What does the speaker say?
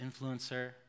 influencer